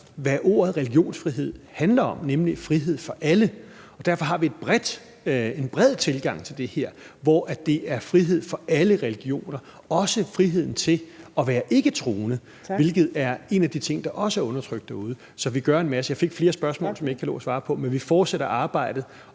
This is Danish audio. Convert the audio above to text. hvad ordet religionsfrihed handler om, nemlig frihed for alle. Derfor har vi en bred tilgang til det her, hvor det gælder frihed for alle religioner, også friheden til at være ikketroende, hvilket er en af de ting, der også er undertrykt derude. Så vi gør en masse. Jeg fik flere spørgsmål, som jeg ikke kan nå at svare på, men vi fortsætter arbejdet,